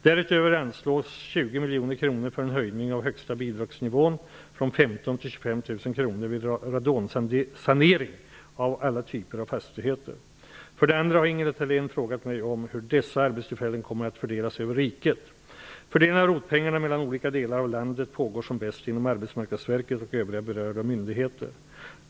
Därutöver anslås 20 miljoner kronor för en höjning av högsta bidragsnivån från 15 000 till 25 000 För det andra har Ingela Thalén frågat mig om hur dessa arbetstillfällen kommer att fördela sig över riket. Fördelningen av ROT-pengarna mellan olika delar av landet pågår som bäst inom Arbetsmarknadsverket och övriga berörda myndigheter.